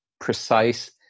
precise